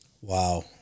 Wow